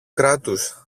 κράτους